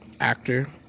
actor